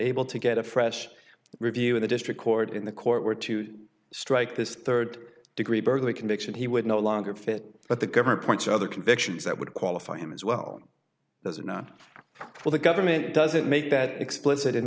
able to get a fresh review in the district court in the court were to strike this third degree burglary conviction he would no longer fit but the government points other convictions that would qualify him as well that's not what the government doesn't make that explicit in